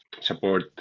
support